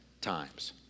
times